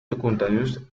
secundarios